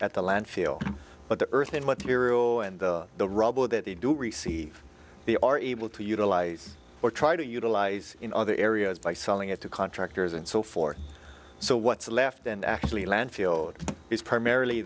junk at the landfill but the earth and material and the rubble that they do receive they are able to utilize or try to utilize in other areas by selling it to contractors and so forth so what's left and actually landfill is primarily